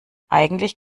eigentlich